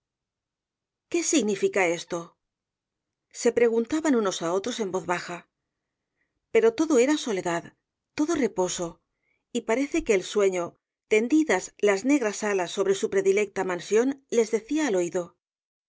qué significa esto se preguntaban unos á otros en voz baja pero todo era soledad todo reposo y parece que el sueño tendidas las negras alas sobre su predileeta mansión les decía al oído aun